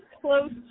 close